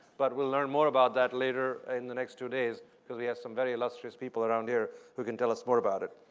but we will learn more about that later in the next two days because we have some very illustrious people around here who can tell us more about it.